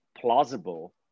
plausible